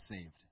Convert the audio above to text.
saved